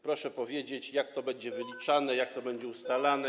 Proszę powiedzieć, jak to będzie wyliczane, jak to będzie ustalane?